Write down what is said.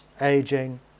aging